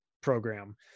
program